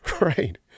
Right